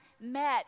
met